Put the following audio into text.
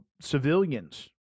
civilians